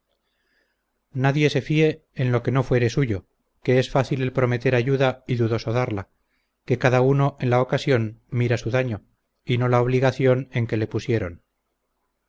nadie se fíe en lo que no fuere suyo que es fácil el prometer ayuda y dudoso darla que cada uno en la ocasión mira su daño y no la obligación en que le pusieron